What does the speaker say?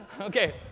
Okay